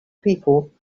people